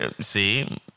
See